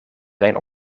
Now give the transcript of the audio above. zijn